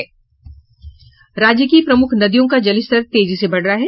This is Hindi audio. राज्य की प्रमुख नदियों का जलस्तर तेजी से बढ़ रहा है